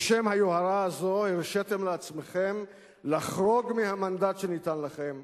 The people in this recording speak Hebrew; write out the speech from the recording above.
בשם היוהרה הזו הרשיתם לעצמכם לחרוג מהמנדט שניתן לכם,